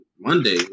Monday